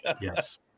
Yes